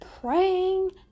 praying